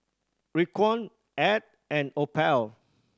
Raekwon Ed and Opal